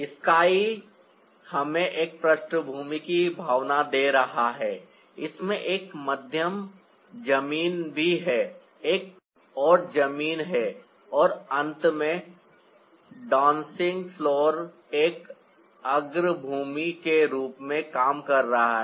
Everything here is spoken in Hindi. स्काई हमें एक पृष्ठभूमि की भावना दे रहा है इसमें एक मध्यम जमीन भी है एक और जमीन है और अंत में डांसिंग फ्लोर एक अग्रभूमि के रूप में काम कर रहा है